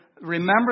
Remember